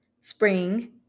spring